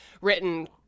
written